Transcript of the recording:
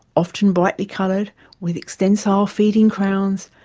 often brightly coloured with extensile feeding crowns,